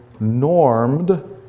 normed